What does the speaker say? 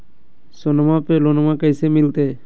सोनमा पे लोनमा कैसे मिलते?